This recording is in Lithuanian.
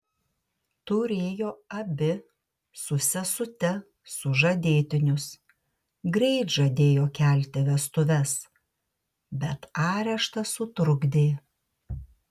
turėjo abi su sesute sužadėtinius greit žadėjo kelti vestuves bet areštas sutrukdė